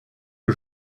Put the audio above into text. que